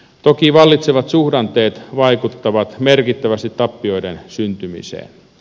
toki vallitsevat suhdanteet vaikuttavat merkittävästi tappioiden syntymiseen